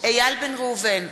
איל בן ראובן,